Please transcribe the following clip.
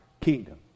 kingdom